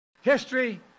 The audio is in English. History